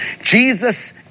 Jesus